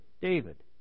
David